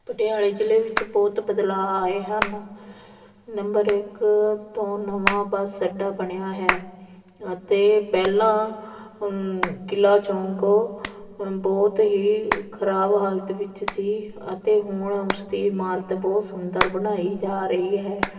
ਪਟਿਆਲੇ ਜ਼ਿਲ੍ਹੇ ਵਿੱਚ ਬਹੁਤ ਬਦਲਾਅ ਆਏ ਹਨ ਨੰਬਰ ਇੱਕ ਤੋਂ ਨਵਾਂ ਬੱਸ ਅੱਡਾ ਬਣਿਆ ਹੈ ਅਤੇ ਪਹਿਲਾਂ ਕਿਲਾ ਚੌਂਕ ਬਹੁਤ ਹੀ ਖ਼ਰਾਬ ਹਾਲਤ ਵਿੱਚ ਸੀ ਅਤੇ ਹੁਣ ਉਸ ਦੀ ਇਮਾਰਤ ਬਹੁਤ ਸੁੰਦਰ ਬਣਾਈ ਜਾ ਰਹੀ ਹੈ